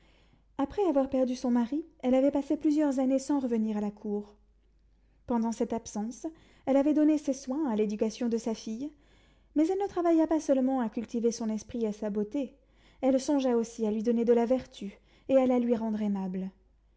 après avoir perdu son mari elle avait passé plusieurs années sans revenir à la cour pendant cette absence elle avait donné ses soins à l'éducation de sa fille mais elle ne travailla pas seulement à cultiver son esprit et sa beauté elle songea aussi à lui donner de la vertu et à la lui rendre aimable